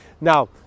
now